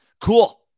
Cool